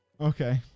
Okay